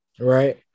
Right